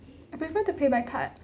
I prefer to pay by card